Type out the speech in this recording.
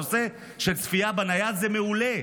הנושא של צפייה בנייד זה מעולה,